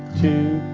two,